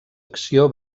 acció